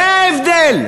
זה ההבדל.